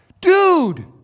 Dude